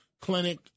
clinic